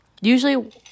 usually